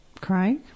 Craig